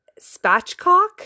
Spatchcock